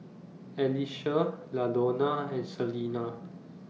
Alicia Ladonna and Celina